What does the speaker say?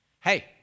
hey